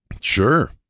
sure